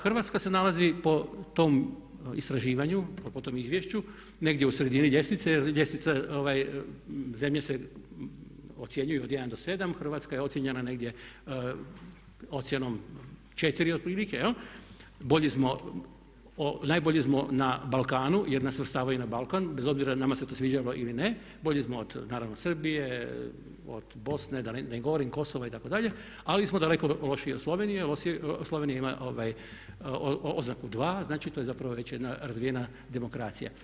Hrvatska se nalazi po tom istraživanju, po tom izvješću negdje u sredini ljestvice jer ljestvica zemlje se ocjenjuju od 1 do 7, Hrvatska je ocijenjena negdje ocjenom 4 otprilike, bolji smo, najbolji smo na Balkanu jer nas svrstavaju na Balkan, bez obzira nama se to sviđalo ili ne, bolji smo od naravno Srbije, od Bosne da ne govorim itd., ali smo daleko lošiji od Slovenije, Slovenija ima oznaku 2, znači to je zapravo već jedna razvijena demokracija.